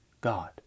God